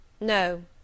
No